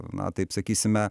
na taip sakysime